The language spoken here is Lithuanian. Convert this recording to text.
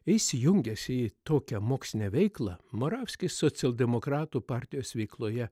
įsijungęs į tokią mokslinę veiklą moravskis socialdemokratų partijos veikloje